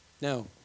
Now